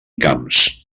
camps